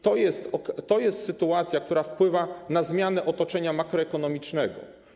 To jest sytuacja, która wpływa na zmianę otoczenia makroekonomicznego.